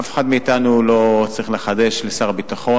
אף אחד מאתנו לא צריך לחדש לשר הביטחון